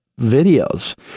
videos